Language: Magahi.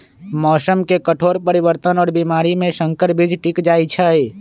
मौसम के कठोर परिवर्तन और बीमारी में संकर बीज टिक जाई छई